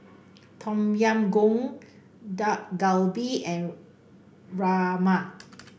Tom Yam Goong Dak Galbi and Rajma